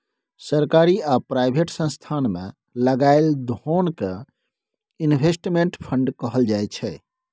सरकारी आ प्राइवेट संस्थान मे लगाएल धोन कें इनवेस्टमेंट फंड कहल जाय छइ